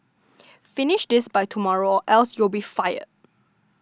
finish this by tomorrow else you'll be fired